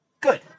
Good